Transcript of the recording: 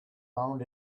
found